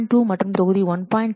2 மற்றும் தொகுதி 1